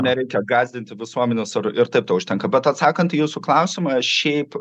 nereikia gąsdinti visuomenės ar ir taip to užtenka bet atsakant į jūsų klausimą šiaip